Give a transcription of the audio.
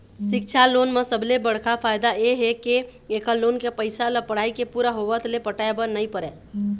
सिक्छा लोन म सबले बड़का फायदा ए हे के एखर लोन के पइसा ल पढ़ाई के पूरा होवत ले पटाए बर नइ परय